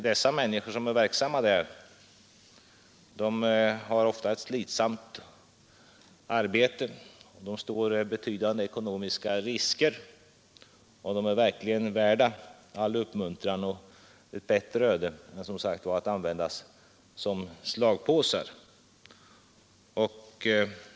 De människor som är verksamma på det området har ofta ett slitsamt arbete och står betydande ekonomiska risker. De är verkligen värda all uppmuntran och ett bättre öde än att användas som slagpåsar.